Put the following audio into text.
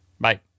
Bye